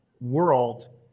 world